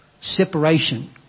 separation